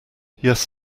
yes